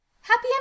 happy